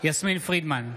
יסמין פרידמן,